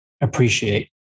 appreciate